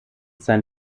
sein